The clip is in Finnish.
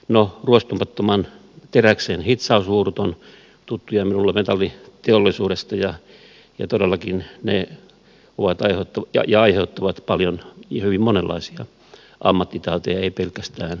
no ruostumattoman teräksen hitsaushuurut ovat tuttuja minulle metalliteollisuudesta ja todellakin ne aiheuttavat paljon ja hyvin monenlaisia ammattitauteja eivät pelkästään syöpää